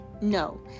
No